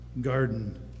garden